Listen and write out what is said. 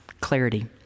Clarity